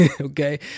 okay